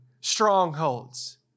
strongholds